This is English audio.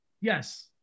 Yes